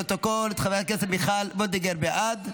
לפרוטוקול את חברת הכנסת מיכל וולדיגר, בעד.